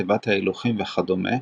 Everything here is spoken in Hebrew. תיבת הילוכים וכדומה,